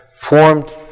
formed